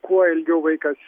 kuo ilgiau vaikas